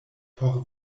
por